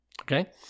Okay